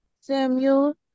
Samuel